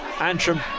Antrim